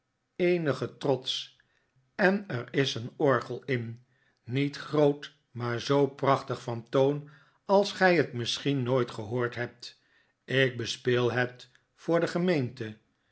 eenigen trots en er is een orgel in niet groot maar zoo prachti'g van toon als gij het misschien nooit gehoord hebt ik bespeel het voor de gemeente